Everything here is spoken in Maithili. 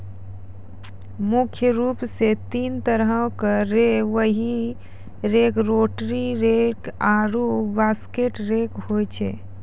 मुख्य रूप सें तीन तरहो क rake wheel rake, rotary rake आरु बास्केट रेक होय छै